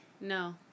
No